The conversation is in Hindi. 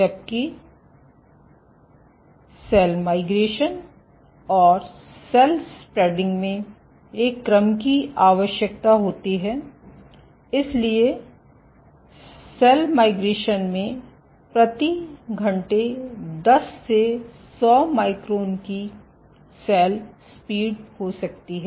जबकि सेल माइग्रेशन और सेल स्प्रेडिंग में एक क्रम की आवश्यकता होती है इसलिए सेल माइग्रेशन में प्रति घंटे दस से सौ माइक्रोन की सेल स्पीड हो सकती है